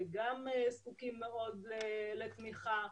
שגם זקוקים מאוד לתמיכה.